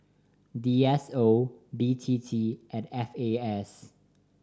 D S O B T T and F A S